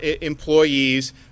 employees